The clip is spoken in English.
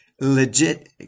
legit